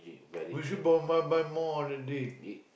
we should buy buy buy more on that day